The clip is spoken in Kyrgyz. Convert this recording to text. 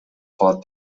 калат